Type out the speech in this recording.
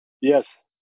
yes